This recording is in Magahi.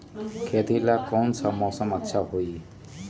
खेती ला कौन मौसम अच्छा होई?